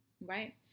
right